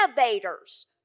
innovators